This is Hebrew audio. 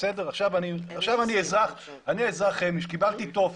עכשיו אני אזרח שקיבלתי טופס,